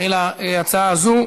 אל ההצעה הזו.